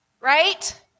right